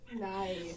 Nice